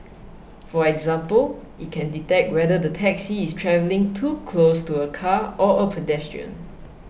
for example it can detect whether the taxi is travelling too close to a car or a pedestrian